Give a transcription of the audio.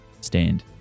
stand